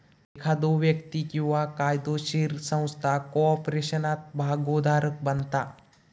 एखादो व्यक्ती किंवा कायदोशीर संस्था कॉर्पोरेशनात भागोधारक बनता